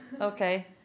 Okay